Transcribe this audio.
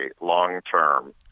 long-term